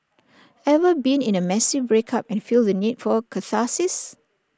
ever been in A messy breakup and feel the need for catharsis